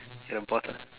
you're the boss lah